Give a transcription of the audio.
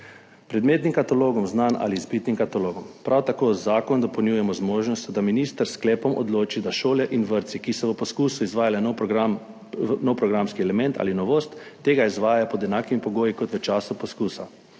predmetnim katalogom znanj ali izpitnim katalogom. Prav tako zakon dopolnjujemo z možnostjo, da minister s sklepom odloči, da šole in vrtci, ki so v poskusu izvajali nov program, nov programski element ali novost, tega izvajajo pod enakimi pogoji kot v času poskusa,